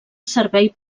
servei